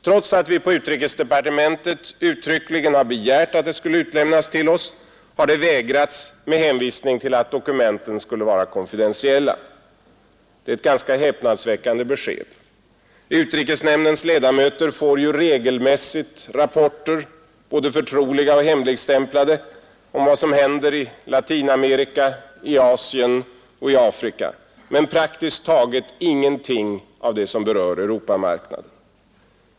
Trots att vi på utrikesdepartementet uttryckligen har begärt att det skulle utlämnas till oss har det vägrats med hänvisning till att dokumenten skulle vara konfidentiella. Det är ett ganska häpnadsväckande besked. Utrikesnämndens ledamöter får ju regelmässigt rapporter, både förtroliga och hemligstämplade, om vad som händer i Latinamerika, i Asien och i Afrika men praktiskt taget ingenting av det som berör Europamarknaden.